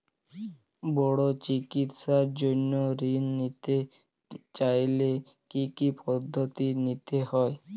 বড় চিকিৎসার জন্য ঋণ নিতে চাইলে কী কী পদ্ধতি নিতে হয়?